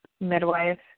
midwife